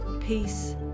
peace